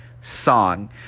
song